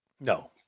No